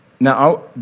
Now